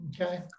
Okay